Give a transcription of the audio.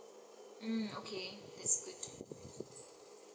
mm okay that's good